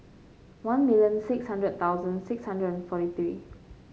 one million six hundred thousand six hundred and forty three